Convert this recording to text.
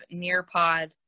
Nearpod